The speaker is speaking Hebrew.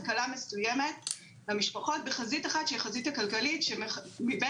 הקלה מסוימת למשפחות בחזית אחת שהיא החזית הכלכלית מבין